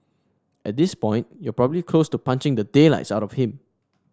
at this point you're probably close to punching the daylights out of him